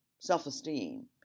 self-esteem